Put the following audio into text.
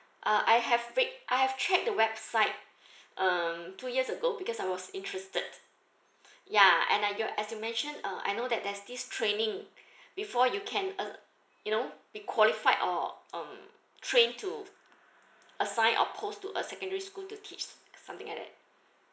uh I have read I have checked the website um two years ago because I was interested ya and I your as you mentioned uh I know that there's this training before you can uh you know be qualified or um train to assign a post to a secondary school to teach something like that